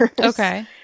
Okay